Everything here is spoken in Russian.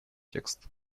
текст